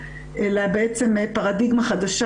אלא בעצם פרדיגמה חדשה,